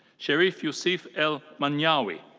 sheriff youssef el meniawy.